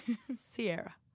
Sierra